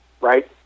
right